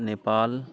Nepal